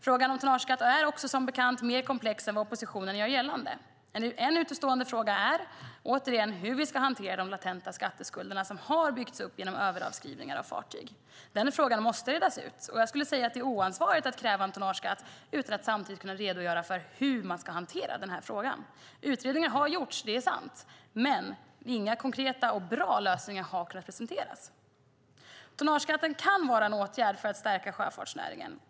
Frågan om tonnageskatt är, som bekant, mer komplex än oppositionen gör gällande. En utestående fråga är, återigen, hur vi ska hantera de latenta skatteskulder som byggts upp genom överavskrivningar av fartyg. Den frågan måste redas ut. Jag skulle säga att det är oansvarigt att kräva en tonnageskatt utan att samtidigt kunna redogöra för hur frågan ska hanteras. Utredningar har gjorts - det är sant - men inga konkreta och bra lösningar har presenterats. Tonnageskatten kan vara en åtgärd för att stärka sjöfartsnäringen.